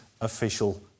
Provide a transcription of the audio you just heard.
official